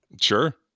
Sure